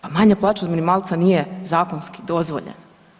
Pa manja plaća od minimalca nije zakonski dozvoljena.